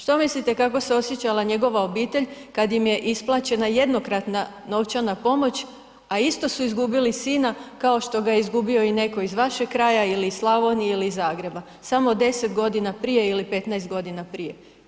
Što mislite kako se osjećala njegova obitelj kad im je isplaćena jednokratna novčana pomoć, a isto su izgubili sina kao što ga je izgubio i netko iz vašeg kraja ili iz Slavonije ili iz Zagreba samo 10 godina ili 15 godina prije.